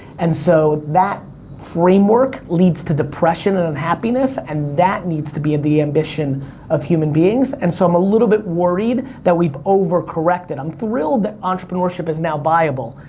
and so that framework leads to depression and unhappiness, and that needs to be of the ambition of human beings, and so i'm a little bit worried that we've over-corrected. i'm thrilled that entrepreneurship is now viable,